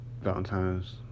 valentine's